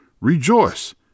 Rejoice